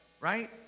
right